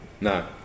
No